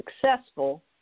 successful